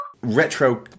retro